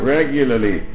Regularly